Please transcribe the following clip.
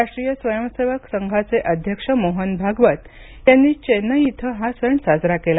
राष्ट्रीय स्वयंसेवक संघाचे अध्यक्ष मोहन भागवत यांनी चेन्नई इथं हा सण साजरा केला